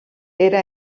era